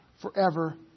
forever